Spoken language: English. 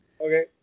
Okay